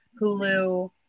Hulu